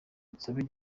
nsabe